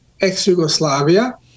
ex-Yugoslavia